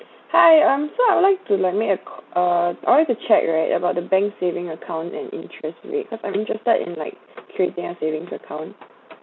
hi um so I would like to like make a ca~ uh I want to check right about the bank saving account and interest rate I mean just that and like creating a savings account